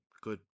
good